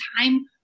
time